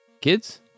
Kids